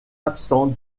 absent